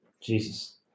Jesus